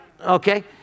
Okay